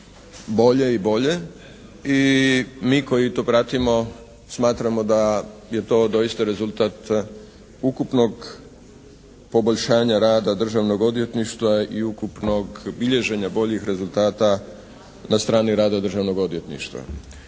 bolje i bolje i mi koji to pratimo smatramo da je to doista rezultat ukupnog poboljšanja rada Državnog odvjetništva i ukupnog bilježenja boljih rezultata na strani rada Državnog odvjetništva.